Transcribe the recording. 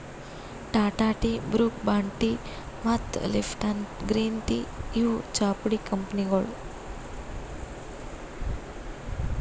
Tata tea, Brooke Bond tea ಮತ್ತ್ Lipton green tea ಇವ್ ಚಾಪುಡಿ ಕಂಪನಿಗೊಳ್